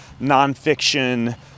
nonfiction